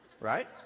Right